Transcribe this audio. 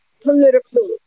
political